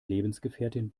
lebensgefährtin